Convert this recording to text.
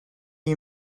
you